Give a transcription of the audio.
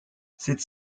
cette